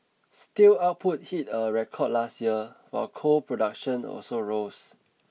steel output hit a record last year while coal production also rose